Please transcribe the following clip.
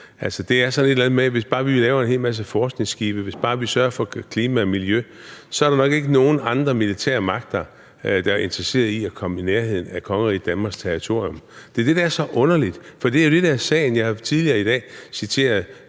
er sådan et eller andet med, at hvis bare vi laver en hel masse forskningsskibe, hvis bare vi sørger for klima og miljø, er der nok ikke nogen andre militære magter, der er interesseret i at komme i nærheden af kongeriget Danmarks territorium. Det er det, der er så underligt. For det er jo det, der er sagen. Jeg har tidligere i dag citeret